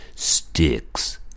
Sticks